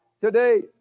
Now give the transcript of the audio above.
Today